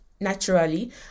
naturally